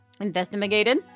investigated